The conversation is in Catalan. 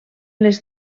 les